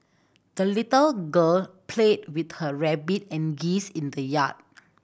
the little girl played with her rabbit and geese in the yard